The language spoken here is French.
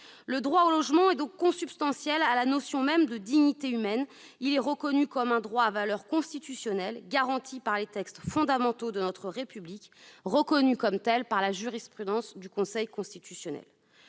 Le droit au logement est consubstantiel à la notion même de dignité humaine et il est reconnu comme un droit à valeur constitutionnelle, garanti par les textes fondamentaux de la République et considéré comme tel par la jurisprudence du Conseil constitutionnel.